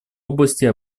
области